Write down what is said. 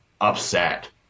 upset